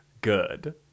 good